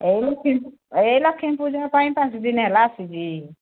ଏଇ ଏଇ ଲକ୍ଷ୍ମୀ ପୂଜା ପାଇଁ ପାଞ୍ଚ ଦିନ ହେଲା ଆସିଛି